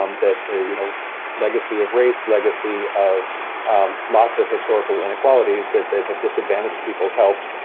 um that you know legacy of race, legacy of lots of historical inequalities that that have disadvantaged people's health,